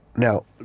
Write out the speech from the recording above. now,